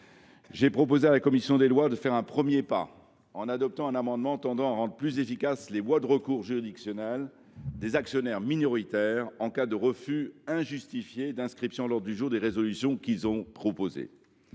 j’ai proposé à la commission des lois de faire un premier pas en adoptant un amendement tendant à rendre plus efficaces les voies de recours juridictionnel des actionnaires minoritaires en cas de refus injustifié d’inscription à l’ordre du jour de résolutions qu’ils auraient proposées.